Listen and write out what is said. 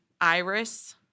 Iris